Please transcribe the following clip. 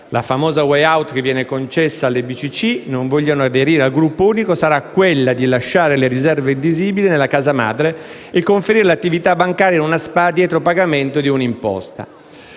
La famosa *way out* che viene concessa alle BCC che non vogliono aderire al gruppo unico sarà quella di lasciare le riserve indivisibili nella casa madre, e conferire l'attività bancaria in una Spa dietro pagamento di una imposta».